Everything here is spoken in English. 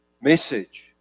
message